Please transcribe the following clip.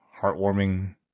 heartwarming